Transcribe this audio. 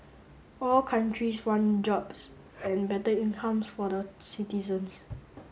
all countries want jobs and better incomes for the citizens